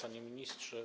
Panie Ministrze!